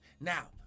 Now